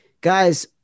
Guys